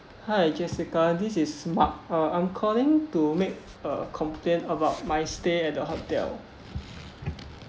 hi jessica this is mark uh I'm calling to make a complaint about my stay at the hotel